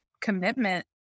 commitment